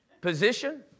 position